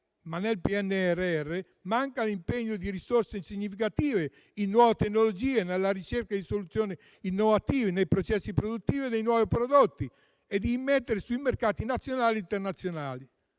ma in esso manca l'impegno di risorse significative in nuove tecnologie, nella ricerca di soluzioni innovative, nei processi produttivi e nei nuovi prodotti da immettere sui mercati nazionali e internazionali.